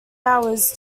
hours